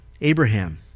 Abraham